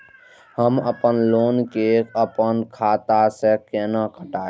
हम अपन लोन के अपन खाता से केना कटायब?